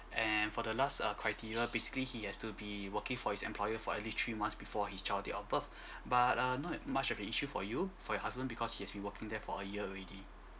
and for the last uh criteria basically he has to be working for his employer for at least three months before his child date of birth but uh not much an issue for you for your husband because he has been working there for a year already